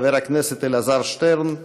חבר הכנסת אלעזר שטרן.